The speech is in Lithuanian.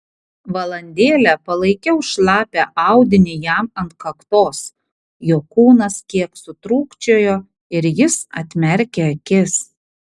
valandėlę palaikiau šlapią audinį jam ant kaktos jo kūnas kiek sutrūkčiojo ir jis atmerkė akis